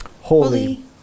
Holy